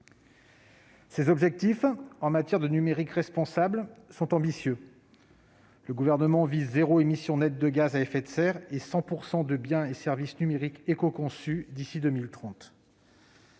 Ces objectifs, en matière de numérique responsable, sont ambitieux : le Gouvernement vise zéro émission net de gaz à effet de serre et 100 % de biens et services numériques écoconçus d'ici à 2030.